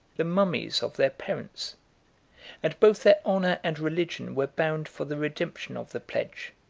the mummies of their parents and both their honor and religion were bound for the redemption of the pledge.